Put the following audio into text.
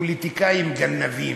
פוליטיקאים גנבים,